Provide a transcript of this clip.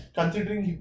considering